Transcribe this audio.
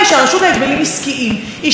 שזה בעצם העניין הכי חשוב,